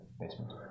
basement